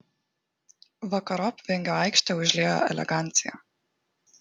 vakarop vingio aikštę užliejo elegancija